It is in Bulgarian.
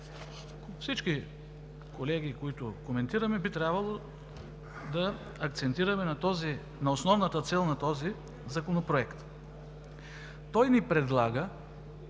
Всички колеги, които коментираме, би трябвало да акцентираме на основната цел на този законопроект. Той ни предлага